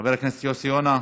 חבר הכנסת יוסי יונה,